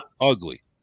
ugly